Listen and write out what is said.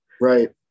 right